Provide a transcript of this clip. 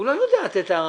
הוא לא יכול לתת הערכה.